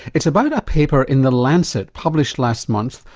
it's about a paper in the lancet, published last month,